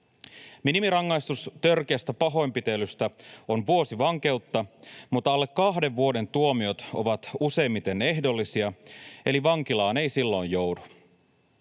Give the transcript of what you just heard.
Minimirangaistus törkeästä pahoinpitelystä on vuosi vankeutta, mutta alle kahden vuoden tuomiot ovat useimmiten ehdollisia, eli vankilaan ei silloin joudu.